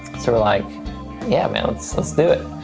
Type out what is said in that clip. so we're like yeah man let's let's do it.